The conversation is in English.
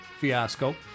fiasco